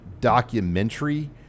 documentary